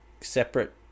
separate